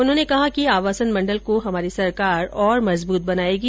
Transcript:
उन्होंने कहा कि आवासन मण्डल को हमारी सरकार और मजबूत बनाएगी